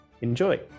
Enjoy